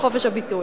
שהיא חופש הביטוי.